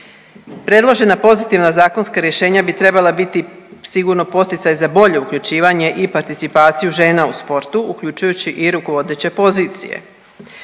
Predložena pozitivna zakonska rješenja bi trebala biti sigurno poticaj za bolje uključivanje i participaciju žena u sportu, uključujući i rukovodeće pozicije.